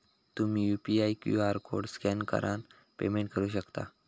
तुम्ही UPI QR code scan करान payment करू शकता